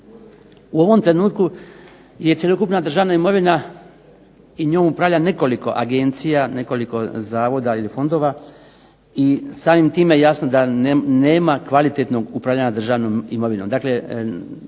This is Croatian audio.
U ovom trenutku je cjelokupna državna imovina i njom upravlja nekoliko agencija, nekoliko zavoda i fondova i samim time jasno da nema kvalitetnog upravljanja državnom imovinom.